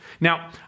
Now